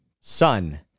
Sun